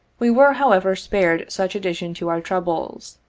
we were, however, spared such addition to our troubles.